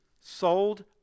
sold